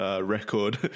record